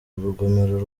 urugomero